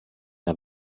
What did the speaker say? der